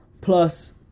plus